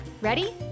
Ready